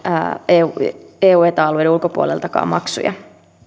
eu eu ja eta alueiden ulkopuoleltakaan maksuja